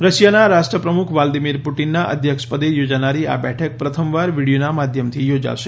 રશિયાના રાષ્ટ્ર પ્રમુખ વ્લાદીમીર પુટિનના અધ્યક્ષપદે યોજાનારી આ બેઠક પ્રથમવાર વીડિયોના માધ્યમથી યોજાશે